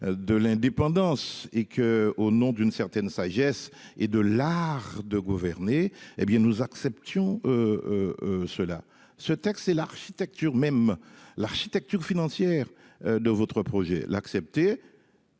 De l'indépendance et que, au nom d'une certaine sagesse et de l'art de gouverner. Eh bien nous acceptions. Ceux cela ce texte, c'est l'architecture même l'architecture financière de votre projet l'accepter.